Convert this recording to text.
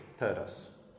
teraz